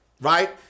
right